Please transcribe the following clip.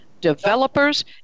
developers